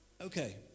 okay